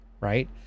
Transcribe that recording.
right